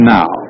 now